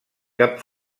cap